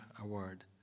Award